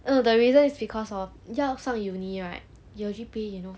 err the reason is because of 要上 uni right your G_P_A you know